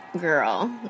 girl